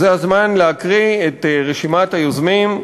זה הזמן להקריא את רשימת היוזמים,